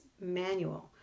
manual